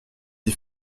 des